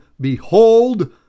behold